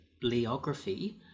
bibliography